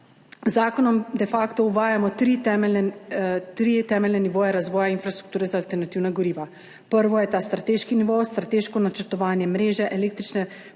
zakonom de facto uvajamo tri temeljne nivoje razvoja infrastrukture za alternativna goriva. Prvi je strateški nivo, strateško načrtovanje mreže električne